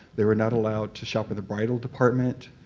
they were not allowed to shop at the bridal department.